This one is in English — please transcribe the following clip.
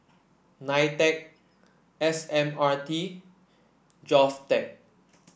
Nitec S M R T Govtech